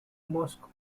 moscow